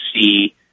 see